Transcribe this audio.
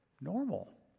normal